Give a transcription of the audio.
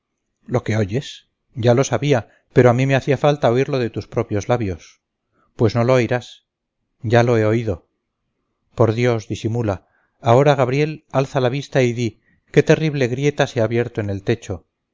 lo que oyes ya lo sabía pero a mí me hacía falta oírlo de tus propios labios pues no lo oirás ya lo he oído por dios disimula ahora gabriel alza la vista y di qué terrible grieta se ha abierto en el techo